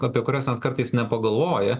apie kurias net kartais nepagalvoja